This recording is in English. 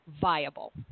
viable